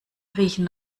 riechen